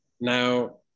Now